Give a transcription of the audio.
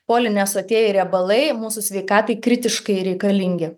polinesotieji riebalai mūsų sveikatai kritiškai reikalingi